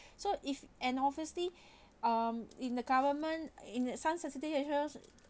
so if an obviously um in the government in that some sensitizations